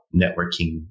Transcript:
networking